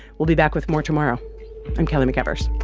we'll be back with more tomorrow i'm kelly mcevers